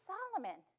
Solomon